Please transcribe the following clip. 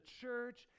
church